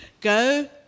go